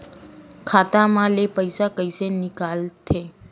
खाता मा ले पईसा कइसे निकल थे?